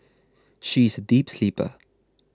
she is a deep sleeper